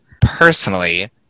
personally